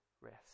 rest